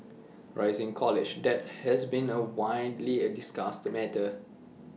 rising college debt has been A widely A discussed matter